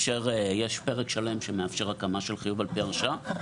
יש פרק שלם שמאפשר הקמה של חיוב על פי הרשאה,